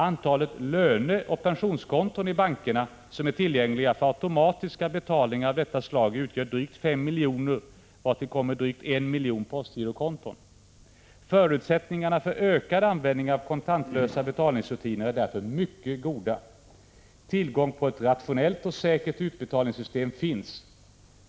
Antalet löneoch pensionskonton i bankerna som är tillgängliga för automatiska betalningar av detta slag utgör drygt 5 miljoner vartill kommer drygt 1 miljon postgirokonton. Förutsättningarna för ökad användning av kontantlösa betalningsrutiner är därför mycket goda. Tillgång till ett rationellt och säkert utbetalningssystem finns.